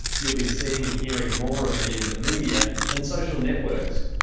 you will be seeing and hearing more of me in the media and social networks.